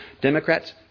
Democrats